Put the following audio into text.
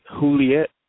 Juliet